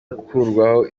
gukurwaho